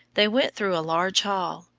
they went through a large hall,